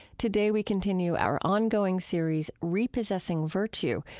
today, we continue our ongoing series, repossessing virtue,